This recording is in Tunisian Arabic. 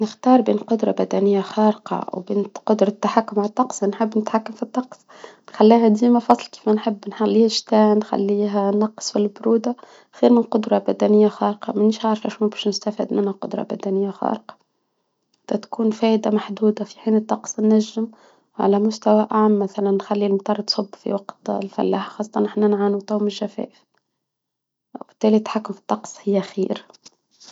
نختار بين قدرة بدنية خارقة قدرة تحكم على الطقس بنحب نتحكم في الطقس. خلاها ديما نحب نخلي شتا نخليها نقص البرودة. غير من قدرة بدنية خارقة مانيش عارفة شنو باش نستافد منها قدرة بدنية خارقة. كتكون فايدة محدودة في حين الطقس نجم على مستوى أعلى مثلا نخلي المطر تشوب في وقت الفلاح خاصة نحنا نعانو تو من الشتاء. وبالتالي التحكم في الطقس هي خير.